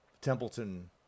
Templeton